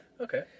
Okay